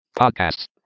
Podcasts